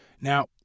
Now